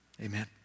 amen